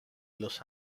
los